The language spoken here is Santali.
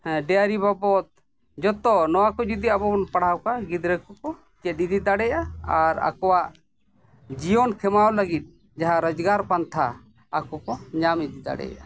ᱰᱮᱭᱟᱨᱤ ᱵᱟᱵᱚᱫᱽ ᱡᱚᱛᱚ ᱱᱚᱣᱟ ᱠᱚ ᱡᱩᱫᱤ ᱟᱵᱚ ᱵᱚᱱ ᱯᱟᱲᱦᱟᱣ ᱠᱚᱣᱟ ᱜᱤᱫᱽᱨᱟᱹ ᱠᱚ ᱠᱚ ᱪᱮᱫ ᱤᱫᱤ ᱫᱟᱲᱮᱭᱟᱜᱼᱟ ᱟᱨ ᱟᱠᱚᱣᱟᱜ ᱡᱤᱭᱚᱱ ᱠᱷᱮᱢᱟᱣ ᱞᱟᱹᱜᱤᱫ ᱡᱟᱦᱟᱸ ᱨᱚᱡᱽᱜᱟᱨ ᱯᱟᱱᱛᱷᱟ ᱟᱠᱚ ᱧᱟᱢ ᱤᱫᱤ ᱫᱟᱲᱮᱭᱟᱜᱼᱟ